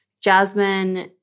Jasmine